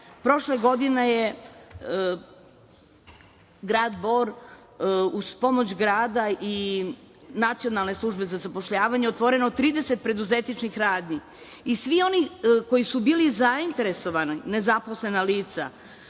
Prošle godine je u gradu Boru uz pomoć grada i Nacionalne službe za zapošljavanje otvoreno 30 preduzetničkih radnji i svi koji su bili zainteresovani, nezaposlena lica